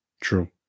True